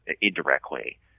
indirectly